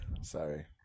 Sorry